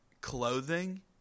clothing